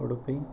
Udupi